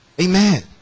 Amen